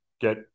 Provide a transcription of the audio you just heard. get